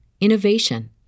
innovation